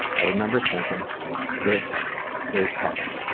i remember thinking this is heaven.